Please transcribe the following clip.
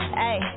hey